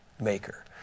maker